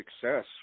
success